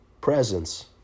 presence